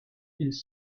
ils